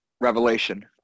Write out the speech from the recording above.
Revelation